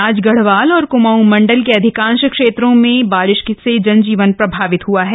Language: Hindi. आज गढ़वाल और कमाऊ मंडल के अधिकांश क्षेत्रों में बारिश से जनजीवन प्रभावित हुआ है